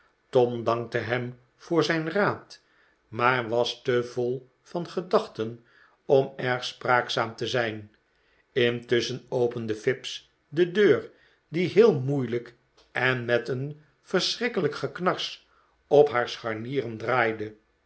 tom dankte hem voor zijn raad maar was te vol van gedachten om erg spraakzaam te zijn intusschen opende fips de deur die heel mqeilijk en met een verschrikkelijk geknars op haar scharnieren draaide